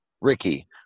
ricky